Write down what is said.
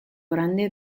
grande